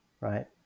right